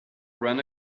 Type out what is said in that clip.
run